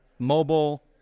Mobile